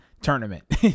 tournament